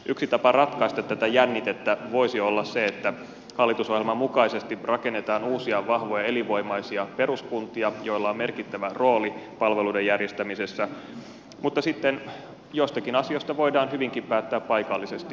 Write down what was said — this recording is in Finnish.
yksi tapa ratkaista tätä jännitettä voisi olla se että hallitusohjelman mukaisesti rakennetaan uusia vahvoja elinvoimaisia peruskuntia joilla on merkittävä rooli palveluiden järjestämisessä mutta sitten joistakin asioista voidaan hyvinkin päättää paikallisesti